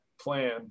plan